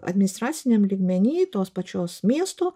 administraciniam lygmeny tos pačios miesto